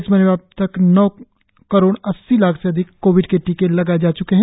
देशभर में अब तक नौ करोड़ अस्सी लाख से अधिक कोविड के टीके लगाए जा च्के हैं